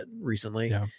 recently